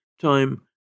Time